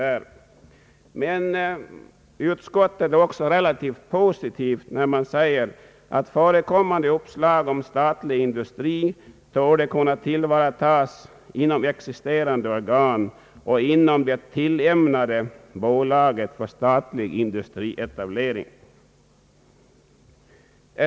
Utskottet är emellertid också relativt positivt, när man säger att förekommande uppslag om statlig industri torde kunna tillvaratas inom existerande organ och inom det tillämnade bolaget för statlig industrietablering.